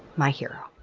my hero.